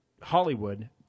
Hollywood